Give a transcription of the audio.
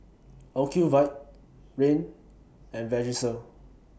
Ocuvite Rene and Vagisil